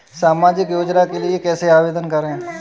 सामाजिक योजना के लिए कैसे आवेदन करें?